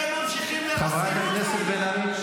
אתם ממשיכים לחסל את --- חברת הכנסת בן ארי,